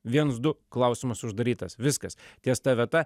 viens du klausimas uždarytas viskas ties ta vieta